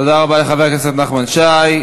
תודה רבה לחבר הכנסת נחמן שי,